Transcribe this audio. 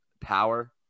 power